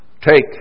take